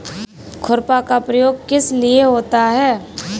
खुरपा का प्रयोग किस लिए होता है?